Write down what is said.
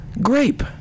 Grape